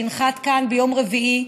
שינחת כאן ביום רביעי,